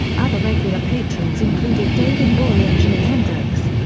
other regular patrons included david bowie and jimi hendrix.